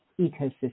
ecosystem